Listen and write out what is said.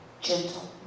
gentle